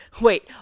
wait